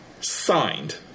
signed